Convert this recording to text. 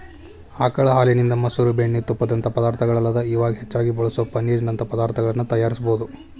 ಆಕಳ ಹಾಲಿನಿಂದ, ಮೊಸರು, ಬೆಣ್ಣಿ, ತುಪ್ಪದಂತ ಪದಾರ್ಥಗಳಲ್ಲದ ಇವಾಗ್ ಹೆಚ್ಚಾಗಿ ಬಳಸೋ ಪನ್ನೇರ್ ನಂತ ಪದಾರ್ತಗಳನ್ನ ತಯಾರಿಸಬೋದು